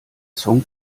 song